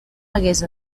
hagués